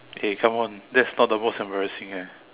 eh come on that's not the most embarrassing eh